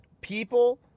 People